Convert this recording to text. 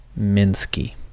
Minsky